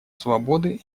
свободу